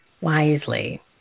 wisely